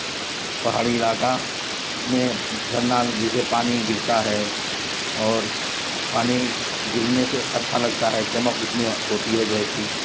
पहाड़ी इलाका में झरना में जैसे पानी गिरता है और पानी गिरने से अच्छा लगता है चमक उसमें होती है जो है कि